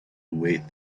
wait